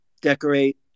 decorate